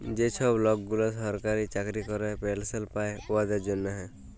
যে ছব লকগুলা সরকারি চাকরি ক্যরে পেলশল পায় উয়াদের জ্যনহে